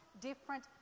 different